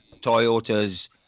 Toyota's